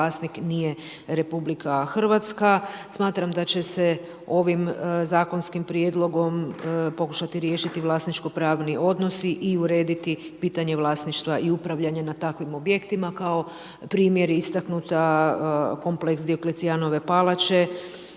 vlasnik nije RH. Smatram da će se ovim zakonskim prijedlogom pokušati riješiti vlasničko pravni odnosi i urediti pitanje vlasništva i upravljanje na takvim objektima. Kao primjer je istaknuta kompleks Dioklecijanove palače